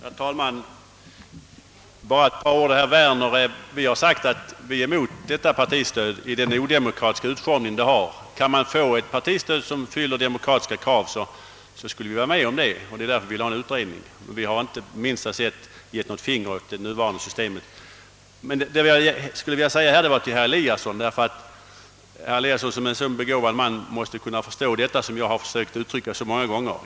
Herr talman! Först ett par ord till herr Werner! Vi har sagt att vi är emot detta partistöd i den odemokratiska utformning det nu har. Kan vi få ett partistöd som fyller demokratiska krav, skall vi vara med om det, och det är därför vi vill ha en utredning. Vi har inte på minsta sätt gett ett finger åt det nuvarande systemet. Herr Eliasson i Sundborn, som är en begåvad man, måste kunna förstå vad jag har försökt uttrycka så många gånger.